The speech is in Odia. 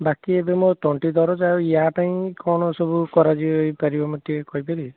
ବାକି ଏବେ ମୋର ଏବେ ତଣ୍ଟି ଦରଜ ଆଉ ୟା ପାଇଁ କ'ଣ ସବୁ କରାଯାଇପାରିବ ମୋତେ ଟିକିଏ କହିପାରିବେ